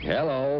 Hello